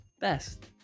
best